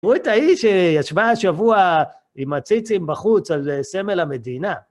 תיראו את ההיא שישבה השבוע, עם הציצים בחוץ, על סמל המדינה.